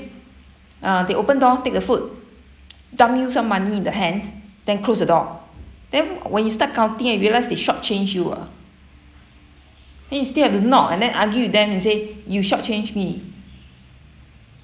uh they open door take the food dump you some money in the hands then close the door then when you start counting ah you realize they short change you ah then you still have to knock and then argue with them and say you short change me